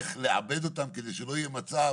איך לעבד אותם, כדי שלא יהיה מצב